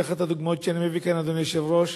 ואחת הדוגמאות שאני מביא כאן, אדוני היושב-ראש,